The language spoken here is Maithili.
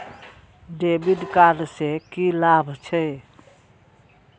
डेविट कार्ड से की लाभ छै?